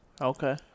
okay